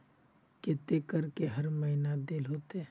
केते करके हर महीना देल होते?